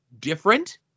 different